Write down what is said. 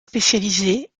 spécialisé